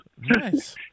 Nice